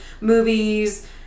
movies